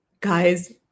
guys